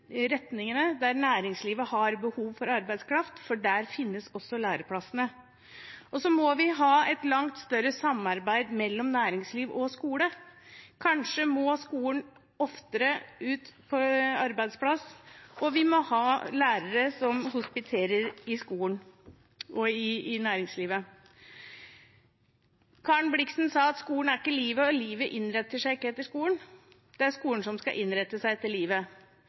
også læreplassene. Vi må også ha et langt større samarbeid mellom næringsliv og skole. Kanskje må skolene oftere ut på arbeidsplassene, og vi må ha lærere i skolen som hospiterer i næringslivet. Karen Blixen sa: «Skolen er ikke livet, og livet innretter seg ikke etter skolen; det er skolen som skal innrette seg etter livet.»